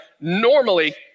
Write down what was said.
normally